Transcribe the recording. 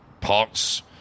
Parts